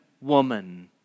woman